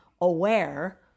aware